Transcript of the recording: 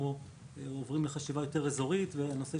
אנחנו עובדים לחשיבה אזורית ויכול